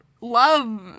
love